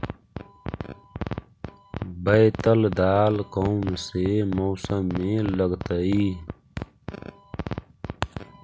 बैतल दाल कौन से मौसम में लगतैई?